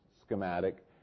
schematic